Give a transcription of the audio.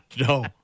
No